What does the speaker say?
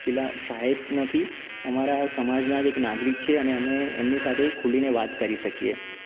પેલા સાહેબ નથી અમારા સમાજનાં જ એક નાગરિક છે અને અમે એમની સાથે ખુલીને વાત કરી શકીએ